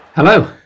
Hello